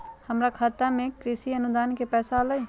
हमर खाता में कृषि अनुदान के पैसा अलई?